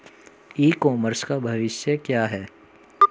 ई commerce का भविष्य क्या है?